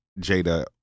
Jada